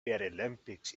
olympics